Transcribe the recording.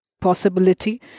possibility